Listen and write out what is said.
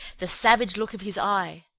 the savage look of his eye.